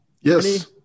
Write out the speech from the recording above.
yes